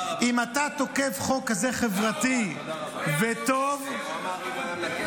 אם אתה תוקף חוק כזה חברתי וטוב --- הוא אמר שראוי לנקד,